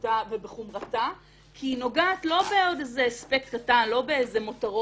בכך שהוא נמצא שנים רבות באותו מקום,